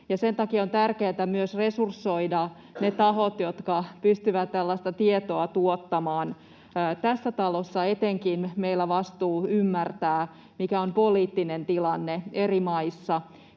sen takia on tärkeää myös resursoida ne tahot, jotka pystyvät tällaista tietoa tuottamaan. Etenkin meillä tässä talossa on vastuu ymmärtää, mikä on poliittinen tilanne eri maissa,